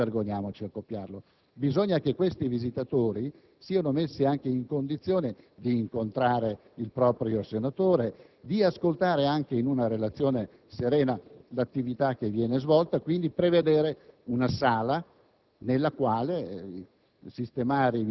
al Parlamento europeo - se c'è un modello buono, non vergogniamoci a copiarlo - bisogna che questi visitatori siano messi anche in condizione di incontrare il proprio senatore, di ascoltare in una relazione serena l'attività che viene svolta. Occorre quindi prevedere una sala